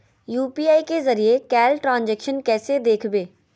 UPI के जरिए कैल ट्रांजेक्शन कैसे देखबै?